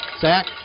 Zach